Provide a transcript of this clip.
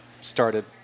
started